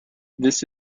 this